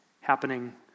happening